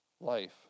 life